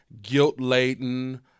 guilt-laden